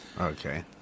Okay